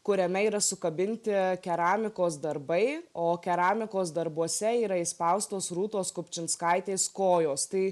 kuriame yra sukabinti keramikos darbai o keramikos darbuose yra įspaustos rūtos kupčinskaitės kojos tai